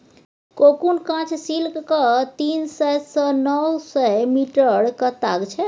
cocoon काँच सिल्कक तीन सय सँ नौ सय मीटरक ताग छै